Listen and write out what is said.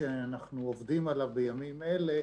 שאנחנו עובדים עליו בימים אלה,